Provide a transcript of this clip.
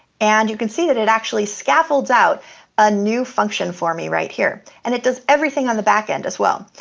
and you can see that it actually scaffolds out a new function for me right here. and it does everything on the back end as well.